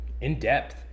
In-depth